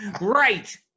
Right